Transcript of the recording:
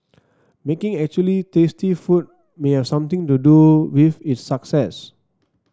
making actually tasty food may have something to do with its success